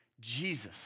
Jesus